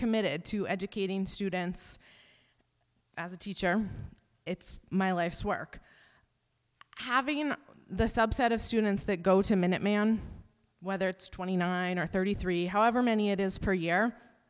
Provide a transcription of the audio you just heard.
committed to educating students as a teacher it's my life's work having in the subset of students that go to minuteman whether it's twenty nine or thirty three however many it is per year